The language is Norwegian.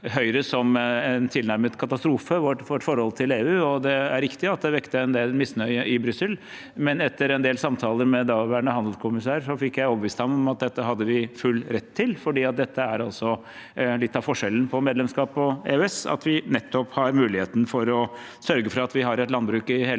som nærmest en katastrofe. Det er riktig at det vekket en del misnøye i Brussel, men etter en del samtaler med daværende handelskommissær fikk jeg overbevist ham om at dette hadde vi full rett til, for dette er også litt av forskjellen på medlemskap og EØS, at vi nettopp har muligheten for å sørge for at vi har et landbruk i hele